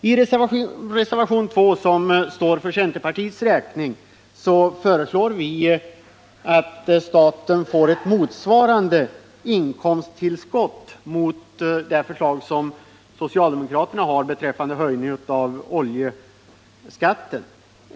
I reservationen 2, som står för centerpartiets räkning, föreslår vi att staten skall få ett inkomsttillskott motsvarande vad en höjning av oljeskatten skulle ha gett.